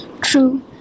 true